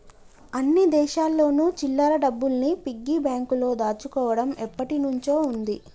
అన్ని దేశాల్లోను చిల్లర డబ్బుల్ని పిగ్గీ బ్యాంకులో దాచుకోవడం ఎప్పటినుంచో ఉంది